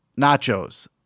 nachos